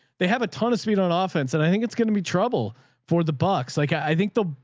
they have a ton of speed on an ah offense and i think it's going to be trouble for the bucks. like i think they'll,